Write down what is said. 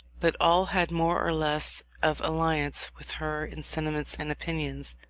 but all had more or less of alliance with her in sentiments and opinions.